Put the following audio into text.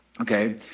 Okay